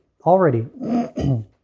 already